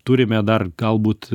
turime dar galbūt